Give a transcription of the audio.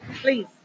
Please